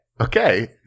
okay